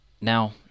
Now